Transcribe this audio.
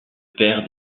père